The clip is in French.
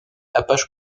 apache